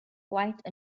quite